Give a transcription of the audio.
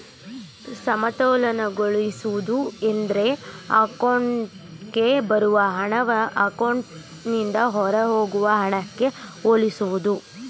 ಸಮತೋಲನಗೊಳಿಸುವುದು ಎಂದ್ರೆ ಅಕೌಂಟ್ಗೆ ಬರುವ ಹಣವನ್ನ ಅಕೌಂಟ್ನಿಂದ ಹೊರಹೋಗುವ ಹಣಕ್ಕೆ ಹೋಲಿಸುವುದು